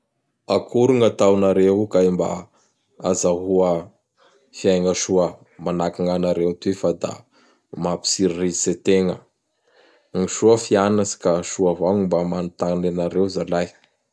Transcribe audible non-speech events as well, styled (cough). (noise) Akory gn'ataonareo io kay mba azahoa fiaigna soa manahaky gn'anareo toy fa da (noise) mampitsiriritsy ategna? (noise) Gny soa fianatsy ka soa avao mba manontany anareo zalahy.